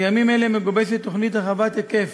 בימים אלה מגובשת תוכנית רחבת היקף,